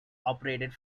operated